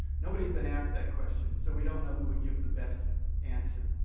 nobody's been asked that question. so we don't know who would give the best answer.